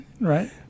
right